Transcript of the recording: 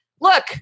look